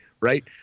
right